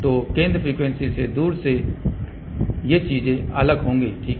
तो केंद्र फ्रीक्वेंसी से दूर ये चीजें अलग होंगी ठीक